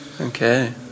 Okay